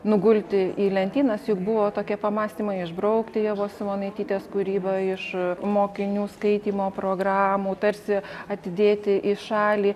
nugulti į lentynas juk buvo tokie pamąstymai išbraukti ievos simonaitytės kūrybą iš mokinių skaitymo programų tarsi atidėti į šalį